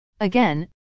Again